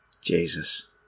Jesus